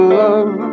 love